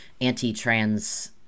anti-trans